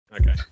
Okay